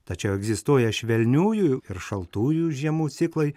tačiau egzistuoja švelniųjų ir šaltųjų žiemų ciklai